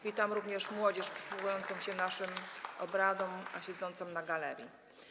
Witam również młodzież przysłuchującą się naszym obradom, a siedzącą na galerii.